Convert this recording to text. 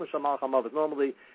Normally